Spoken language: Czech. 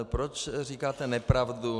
Proč říkáte nepravdu?